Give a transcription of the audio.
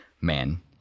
man